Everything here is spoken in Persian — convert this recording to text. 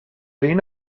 این